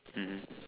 mmhmm